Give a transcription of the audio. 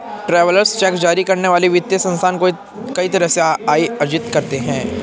travellers cheque जारी करने वाले वित्तीय संस्थान कई तरह से आय अर्जित करते हैं